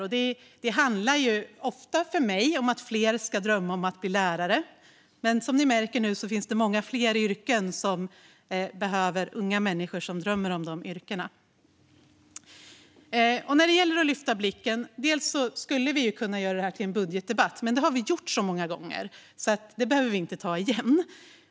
För min del handlar det ofta om att fler ska drömma om att bli lärare, men som ni märker finns det många fler yrken som behöver unga människor som drömmer om de yrkena. När det gäller att lyfta blicken skulle vi kunna göra det här till en budgetdebatt, men det har vi gjort så många gånger att vi inte behöver ta det igen.